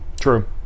true